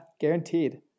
guaranteed